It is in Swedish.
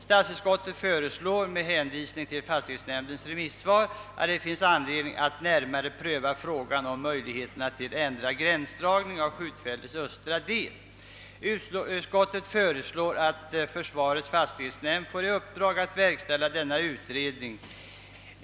Statsutskottet framhåller med hänsyn till fastighetsnämndens remisssvar att det finns anledning att närmare pröva frågan om möjligheterna Utskottet föreslår att försvarets fastighetsnämnd får i uppdrag att verkställa denna utredning.